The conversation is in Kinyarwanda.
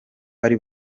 ari